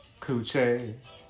Coochie